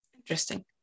Interesting